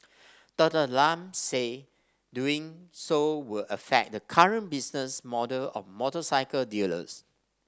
Doctor Lam said doing so will affect the current business model of motorcycle dealers